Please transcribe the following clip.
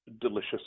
Delicious